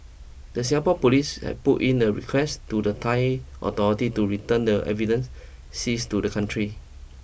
the Singapore police had put in a request to the Thai authority to return the evidence seized to the country